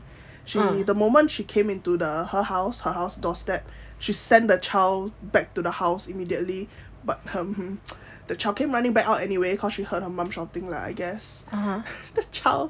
from the moment she came into her house her house doorstep she sent a child back to the house immediately but um the child came running back out anyway because she heard her mum shouting lah I guess the child